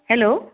hello